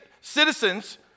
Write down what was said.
citizens